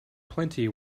plenty